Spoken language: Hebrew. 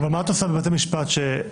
ולכן הצעת החוק באה בעצם להרחיב